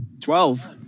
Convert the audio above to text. Twelve